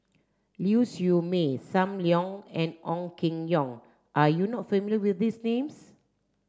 Ling Siew May Sam Leong and Ong Keng Yong are you not familiar with these names